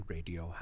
Radio